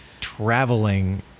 traveling